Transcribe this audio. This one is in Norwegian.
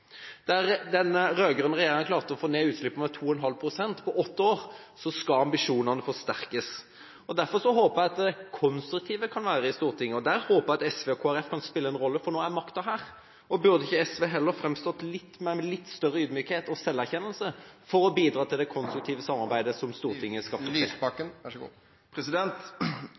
Der den rød-grønne regjeringa klarte å få ned utslippene med 2,5 pst. på åtte år, skal ambisjonene forsterkes. Derfor håper jeg at vi kan være konstruktive i Stortinget, og der håper jeg at SV og Kristelig Folkeparti kan spille en rolle, for nå er makten her. Burde ikke SV heller framstått med litt større ydmykhet og selverkjennelse for å bidra til det konstruktive samarbeidet som Stortinget